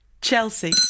Chelsea